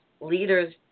leaders